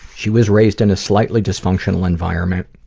she was raised in a slightly dysfunctional environment,